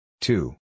Two